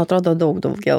atrodo daug daugiau